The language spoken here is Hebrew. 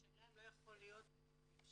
השאלה אם לא יכול להיות ממשק